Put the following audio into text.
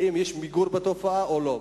האם היה מיגור של התופעה הזאת או לא?